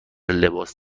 لباس